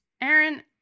Aaron